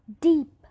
deep